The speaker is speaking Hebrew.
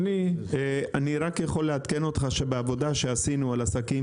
אני רק יכול לעדכן אותך שבעבודה שעשינו על עסקים